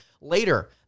later